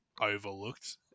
overlooked